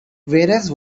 whereas